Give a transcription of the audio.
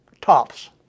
tops